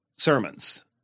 sermons